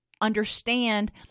understand